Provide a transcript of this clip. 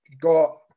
got